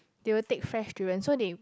they will take fresh durians so they